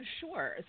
Sure